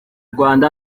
rwanda